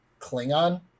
Klingon